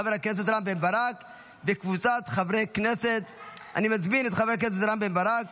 אושרה בקריאה הטרומית ותעבור לדיון לוועדת הכלכלה